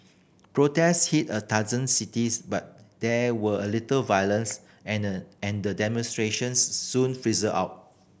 protests hit a dozen cities but there were a little violence and the and the demonstrations soon fizzled out